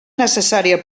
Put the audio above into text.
necessària